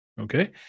Okay